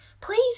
Please